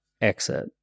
exit